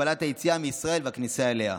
הגבלת היציאה מישראל והכניסה אליה,